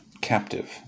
captive